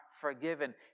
forgiven